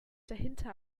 dahinter